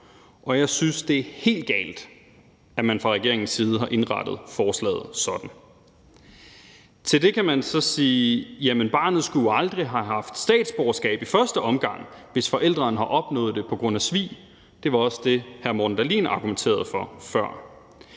Og jeg synes, det er helt galt, at man fra regeringens side har indrettet forslaget sådan. Til det kan man så sige: Jamen barnet skulle aldrig have haft statsborgerskab i første omgang, hvis forælderen har opnået det på grund af svig. Det var også det, hr. Morten Dahlin argumenterede for før.